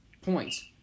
points